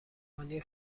هانی